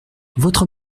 votre